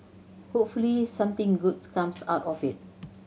hopefully something good comes out of it